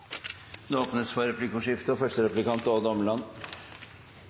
Det åpnes for replikkordskifte.